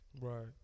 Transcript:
Right